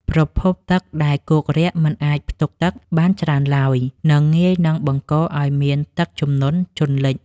ប្រភពទឹកដែលគោករាក់មិនអាចផ្ទុកទឹកបានច្រើនឡើយ និងងាយនឹងបង្កឱ្យមានទឹកជំនន់ជន់លិច។